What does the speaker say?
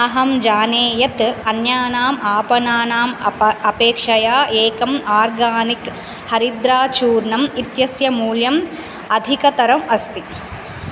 अहं जाने यत् अन्यानाम् आपणानाम् अप अपेक्षया एकम् आर्गानिक् हरिद्राचूर्णम् इत्यस्य मूल्यम् अधिकतरम् अस्ति